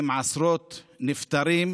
עם עשרות נפטרים,